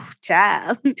child